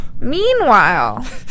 Meanwhile